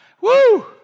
Woo